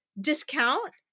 discount